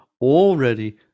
already